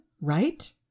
right